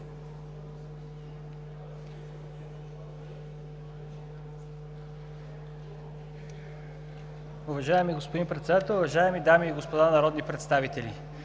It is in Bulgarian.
Уважаеми господин Председател, уважаеми дами и господа народни представители!